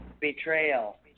Betrayal